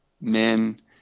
men